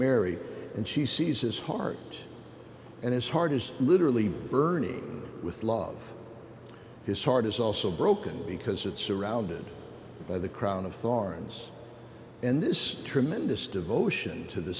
mary and she sees his heart and his heart is literally burning with love his heart is also broken because it's surrounded by the crown of thorns and this tremendous devotion to the